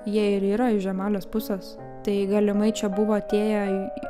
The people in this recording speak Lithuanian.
jie ir yra iš žemalės pusės tai galimai čia buvo atėję